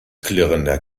klirrender